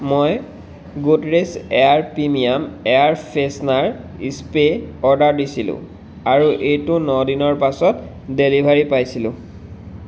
মই Godrej air premium air freshener spray order দিছিলোঁ আৰু এইটোৰ ন দিনৰ পাছত ডেলিভাৰী পাইছিলোঁ